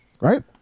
Right